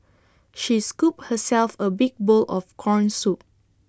she scooped herself A big bowl of Corn Soup